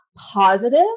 positive